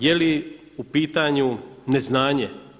Je li u pitanju neznanje?